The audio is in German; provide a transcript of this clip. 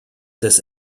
des